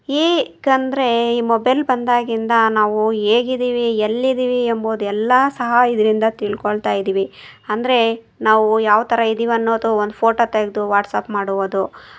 ಈಗ ಅಂದರೆ ಈ ಮೊಬೈಲ್ ಬಂದಾಗಿಂದ ನಾವು ಹೇಗಿದೀವಿ ಎಲ್ಲಿದ್ದೀವಿ ಎಂಬೋದು ಎಲ್ಲ ಸಹ ಇದರಿಂದ ತಿಳ್ಕೊಳ್ತಾ ಇದ್ದೀವಿ ಅಂದ್ರೆ ನಾವು ಯಾವ ಥರ ಇದೀವಿ ಅನ್ನೋದು ಒಂದು ಫೋಟೋ ತೆಗ್ದು ವಾಟ್ಸ್ಅಪ್ ಮಾಡುವುದು